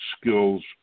skills